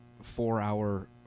four-hour